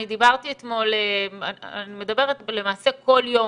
אני דיברתי אתמול, אני מדברת למעשה כל יום,